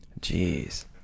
Jeez